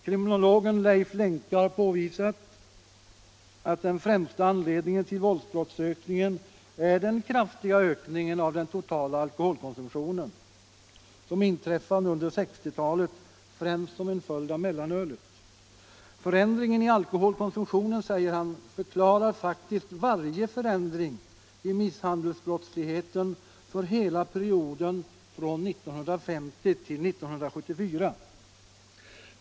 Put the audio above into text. Kriminologen Leif Lenke har påvisat att den främsta anledningen till våldsbrottsökningen är den kraftiga ökning av den totala alkoholkonsumtionen som inträffade under 1960-talet, främst som en följd av mellanölet. Förändringen i alkoholkonsumtionen, säger han, förklarar faktiskt varje förändring i misshandelsbrottsligheten för hela perioden från 1950 till 1974.